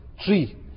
tree